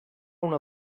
una